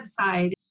website